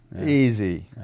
Easy